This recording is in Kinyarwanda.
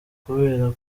kubera